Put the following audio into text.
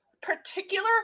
particular